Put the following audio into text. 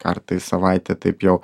kartą į savaitę taip jau